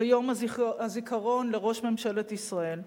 ביום הזיכרון לראש ממשלת ישראל,